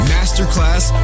Masterclass